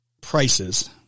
prices